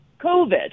COVID